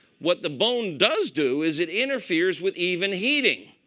what the bone does do is it interferes with even heating.